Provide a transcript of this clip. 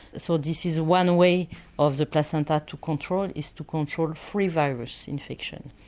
so this is one way of the placenta to control, is to control free virus infection.